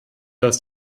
dass